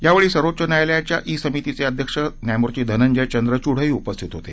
यावेळी सर्वोच्च न्यायालयाच्या ई समितीचे अध्यक्ष न्यायमूर्ती धनंजय चंद्रचूडही उपस्थित होते